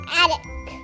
attic